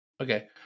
Okay